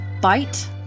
Bite